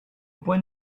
point